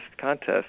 contest